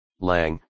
lang